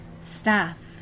Staff